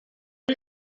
you